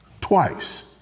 twice